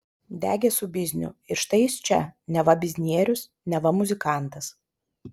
degė su bizniu ir štai jis čia neva biznierius neva muzikantas